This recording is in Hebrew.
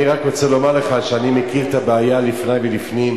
אני רק רוצה לומר לך שאני מכיר את הבעיה לפני ולפנים.